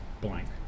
blank